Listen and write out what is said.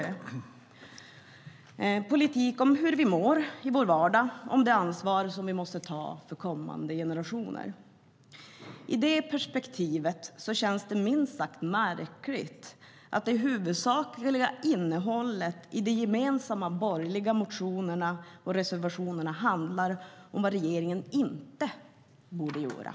Det är politiken för hur vi mår i vår vardag och det ansvar vi måste ta för kommande generationer. I det perspektivet känns det minst sagt märkligt att det huvudsakliga innehållet i de gemensamma borgerliga motionerna och reservationerna handlar om vad regeringen inte borde göra.